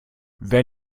wer